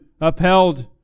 upheld